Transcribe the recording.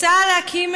תחנות.